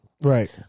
Right